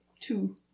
two